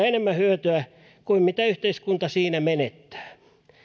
enemmän hyötyä kuin mitä yhteiskunta siinä menettää